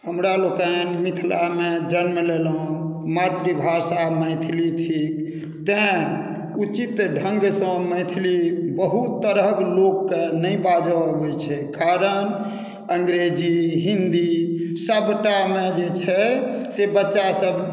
हमरा लोकनि मिथिला मे जन्म लेलहुॅं मातृभाषा मैथिली थिक तैं उचित ढङ्गसँ मैथिली बहुत तरहक लोककेँ नहि बाजऽ आबै छै कारण अँग्रजी हिन्दी सभटा मे जे छै से बच्चा सभ